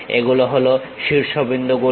এগুলো হলো শীর্ষবিন্দুগুলো